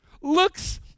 looks